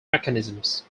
mechanisms